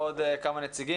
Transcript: הם מתנהלים בצורה עצמאית